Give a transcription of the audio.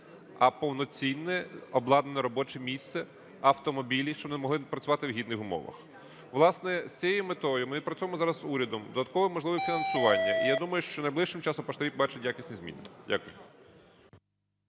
а повноцінне обладнане робоче місце, автомобілі, щоб вони могли працювати в гідних умовах. Власне, з цією метою, ми працюємо зараз з урядом додаткове можливе фінансування. І я думаю, що найближчим часом поштарі побачать якісні зміни. Дякую.